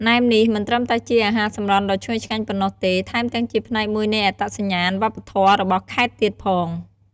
ណែមនេះមិនត្រឹមតែជាអាហារសម្រន់ដ៏ឈ្ងុយឆ្ងាញ់ប៉ុណ្ណោះទេ ថែមទាំងជាផ្នែកមួយនៃអត្តសញ្ញាណវប្បធម៌របស់ខេត្តទៀតផង។